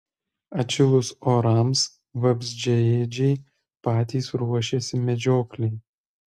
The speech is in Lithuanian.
atšilus orams vabzdžiaėdžiai patys ruošiasi medžioklei